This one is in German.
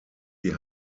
die